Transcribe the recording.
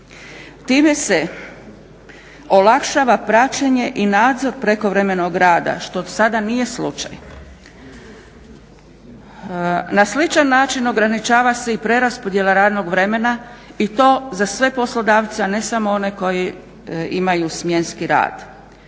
Time se olakšava praćenje i nadzor prekovremenog rada što do sada nije slučaj. Na sličan način ograničava se i preraspodjela radnog vremena i to za sve poslodavce, a ne samo one koji imaju smjenski rad.